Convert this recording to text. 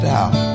out